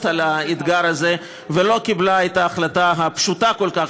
על האתגר הזה ולא קיבלה את ההחלטה הפשוטה כל כך,